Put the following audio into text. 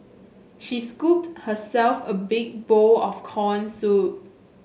she scooped herself a big bowl of corn soup